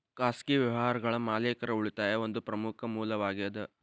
ಖಾಸಗಿ ವ್ಯವಹಾರಗಳ ಮಾಲೇಕರ ಉಳಿತಾಯಾ ಒಂದ ಪ್ರಮುಖ ಮೂಲವಾಗೇದ